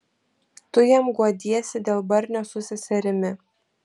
tu jam guodiesi dėl barnio su seserimi